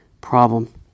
problem